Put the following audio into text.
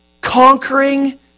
conquering